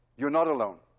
you're not alone.